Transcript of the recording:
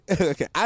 okay